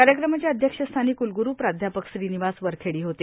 कार्यक्रमाच्या अध्यक्षस्थानी कुलगुरू प्राध्यापक श्रीनिवास वरखेडी होते